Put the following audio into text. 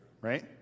right